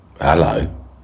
Hello